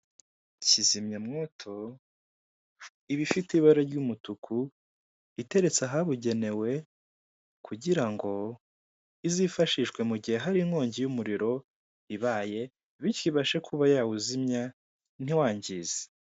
Kizimyamwoto iba ifite ibara ry'umutuku, iteretse ahabugenewe kugira ngo izifashishwe mu gihe hari inkongi y'umuriro ibaye, bityo ibashe kuba yawuzimya ntiwangize.